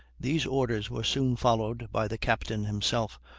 these orders were soon followed by the captain himself,